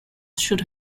should